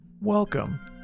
Welcome